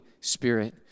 Spirit